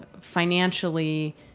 financially